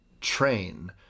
train